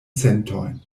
sentojn